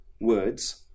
words